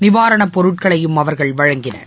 நிவாரண பொருட்களையும் அவர்கள் வழங்கினர்